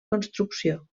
construcció